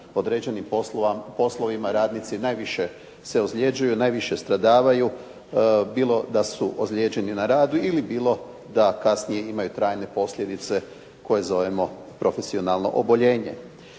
određenim poslovima radnici najviše se ozljeđuju, najviše stradavaju bilo da su ozljeđeni na radu ili bilo da kasnije imaju trajne posljedice koje zovemo profesionalno oboljenje.